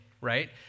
right